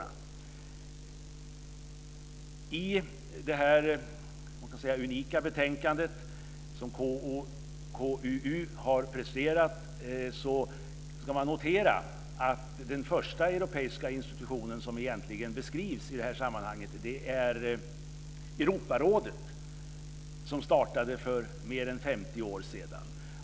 När det gäller detta unika betänkande som konstitutionsutskottet och utrikesutskottet har presterat ska man notera att den första europeiska institutionen som beskrivs i detta sammanhang är Europarådet som skapades för mer är 50 år sedan.